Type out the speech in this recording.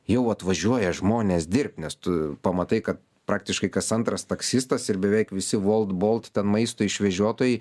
jau atvažiuoja žmonės dirbti nes tu pamatai kad praktiškai kas antras taksistas ir beveik visi wolt bolt ten maisto išvežiotojai